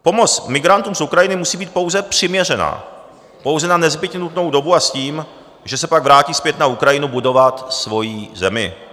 Pomoc migrantům z Ukrajiny musí být pouze přiměřená, pouze na nezbytně nutnou dobu a s tím, že se pak vrátí zpět na Ukrajinu budovat svoji zemi.